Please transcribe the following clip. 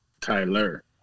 Tyler